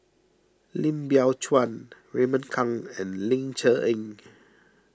Lim Biow Chuan Raymond Kang and Ling Cher Eng